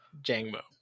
Jangmo